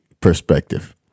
perspective